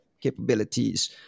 capabilities